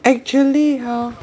actually ha